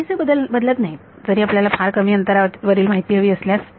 तितकेसे बदलत नाही जरी आपल्याला फार कमी अंतरावरील माहिती हवी असल्यास